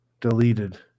deleted